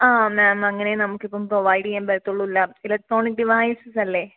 ആ മാം അങ്ങനെയേ നമുക്കിപ്പം പ്രൊവൈഡ് ചെയ്യാൻ പറ്റുളളൂ ഇലക്ട്രോണിക് ഡിവൈസസ് അല്ലേ